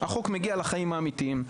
החוק מגיע לחיים האמיתיים.